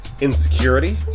insecurity